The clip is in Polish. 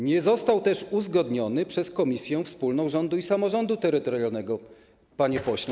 Nie został też uzgodniony przez Komisję Wspólną Rządu i Samorządu Terytorialnego, panie pośle.